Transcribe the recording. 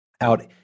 out